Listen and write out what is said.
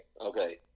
Okay